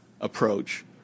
approach